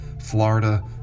Florida